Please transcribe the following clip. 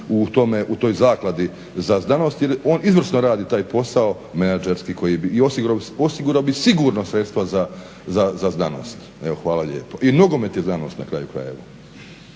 u toj Zakladi za znanost jer on izvrsno radi taj posao menadžerski i osigurao bi sigurno sredstva za znanost. Evo hvala lijepo. I nogomet je znanost na kraju krajeva.